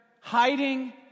hiding